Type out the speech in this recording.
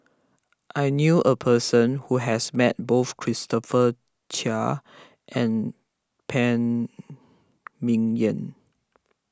I knew a person who has met both Christopher Chia and Phan Ming Yen